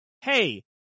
hey